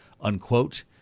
unquote